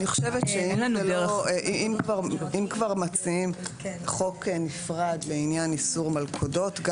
אם כבר מציעים חוק נפרד לעניין איסור מלכודות,